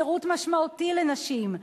שירות משמעותי לנשים,